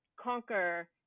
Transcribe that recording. conquer